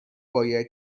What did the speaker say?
باید